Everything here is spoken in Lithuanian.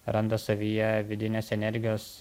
randa savyje vidinės energijos